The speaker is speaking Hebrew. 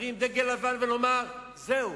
נרים דגל לבן ונאמר: זהו.